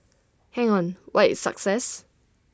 hang on what is success